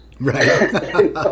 Right